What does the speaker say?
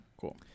Cool